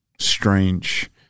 strange